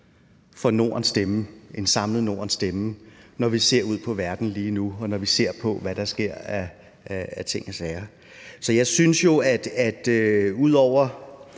høre et samlet Nordens stemme, når vi ser ud i verden lige nu, og når vi ser, hvad der sker af ting og sager. Jeg synes jo, at vi ud over